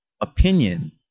opinion